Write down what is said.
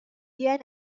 wie